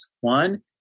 One